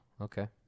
Okay